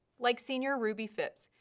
like senior ruby phipps,